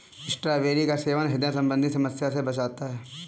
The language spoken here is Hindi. स्ट्रॉबेरी का सेवन ह्रदय संबंधी समस्या से बचाता है